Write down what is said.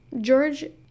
George